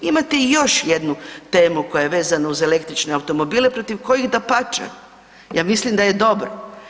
Imate i još jednu temu koja je vezana uz električne automobile protiv kojih dapače ja mislim da je dobro.